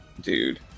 dude